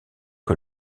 que